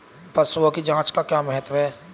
पशुओं की जांच का क्या महत्व है?